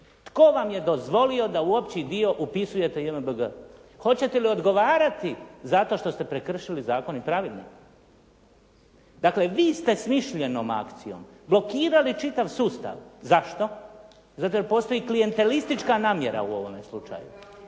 Tko vam je dozvolio da u opći dio upisujete JMBG. Hoćete li odgovarati zato što ste prekršili zakon i pravilnik. Dakle, vi ste smišljenom akcijom blokirali čitav sustav. Zašto? Zato jer postoji klijentelistička namjera u ovome slučaju,